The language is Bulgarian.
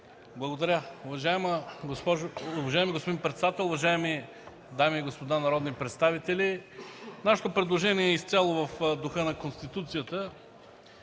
Благодаря. Уважаеми господин председател, уважаеми дами и господа народни представители! Нашето предложение е изцяло в духа на Конституцията.